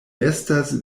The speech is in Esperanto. estas